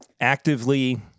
actively